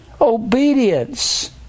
Obedience